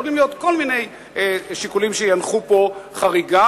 יכולים להיות כל מיני שיקולים שינחו פה חריג,